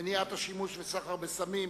היום הבין-לאומי למניעת שימוש וסחר בסמים,